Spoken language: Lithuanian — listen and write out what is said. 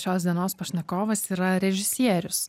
šios dienos pašnekovas yra režisierius